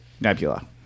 Nebula